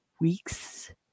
weeks